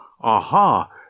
Aha